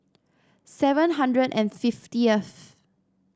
seven hundred and fiftieth